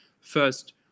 first